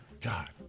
God